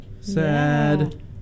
Sad